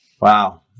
Wow